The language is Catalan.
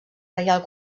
real